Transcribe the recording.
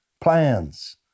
plans